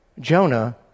Jonah